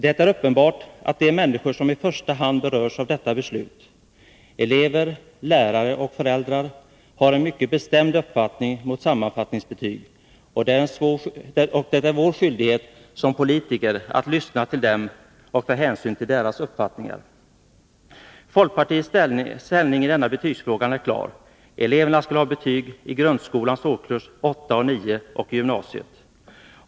Det är uppenbart att de människor som i första hand berörs av detta beslut — elever, lärare och föräldrar — har en mycket bestämd uppfattning mot sammanfattningsbetyg, och det är vår skyldighet som politiker att lyssna till dem och ta hänsyn till deras uppfattningar. Folkpartiets ställning i betygsfrågan är klar: Eleverna skall ha betyg i grundskolans årskurs 8 och 9 och i gymnasiet.